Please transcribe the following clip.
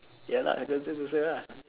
ya lah I nothing to say lah